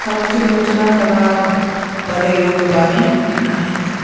सामाजिक योजना क लाभ बदे योग्य बानी की नाही?